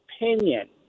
opinion